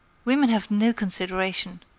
women have no consideration!